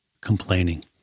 complaining